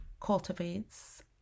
cultivates